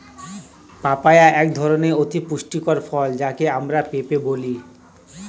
papaya এক ধরনের অতি পুষ্টিকর ফল যাকে আমরা পেঁপে বলি